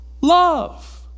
love